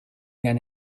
than